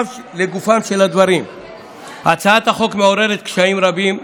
אף לגופם של הדברים, הצעת החוק מעוררת קשיים רבים.